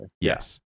Yes